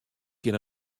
kin